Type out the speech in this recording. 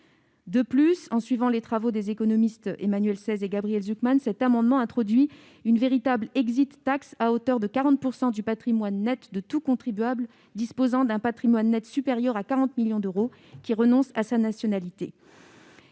De plus, en suivant les travaux des économistes Emmanuel Saez et Gabriel Zucman, cet amendement introduit une véritable à hauteur de 40 % du patrimoine net de tout contribuable disposant d'un patrimoine net supérieur à 40 millions d'euros qui renonce à sa nationalité.